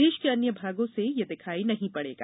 देश के अन्य भागों से यह दिखाई नहीं पड़ेगा